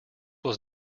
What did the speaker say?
was